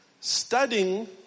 studying